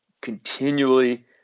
continually